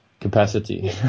capacity